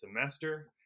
semester